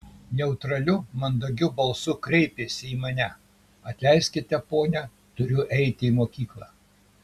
neutraliu mandagiu balsu kreipėsi į mane atleiskite ponia turiu eiti į mokyklą